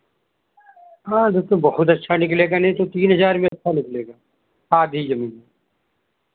हाँ जब तो बहुत अच्छा निकलेगा नहीं तो तीन हज़ार में अच्छा निकलेगा आधी ज़मीन